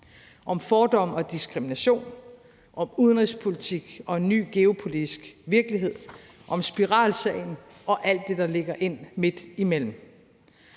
om fordomme og diskrimination, om udenrigspolitik og en ny geopolitisk virkelighed, om spiralsagen og alt det, der ligger midt imellem.